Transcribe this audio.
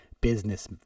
business